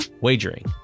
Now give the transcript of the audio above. wagering